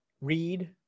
read